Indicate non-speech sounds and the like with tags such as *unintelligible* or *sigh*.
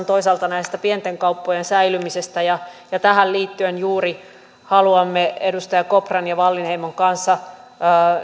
*unintelligible* toisaalta huolissaan näiden pienten kauppojen säilymisestä ja ja tähän liittyen juuri haluamme edustaja kopran ja edustaja wallinheimon kanssa